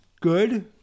good